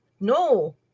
No